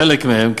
חלק מהם,